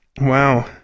Wow